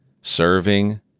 serving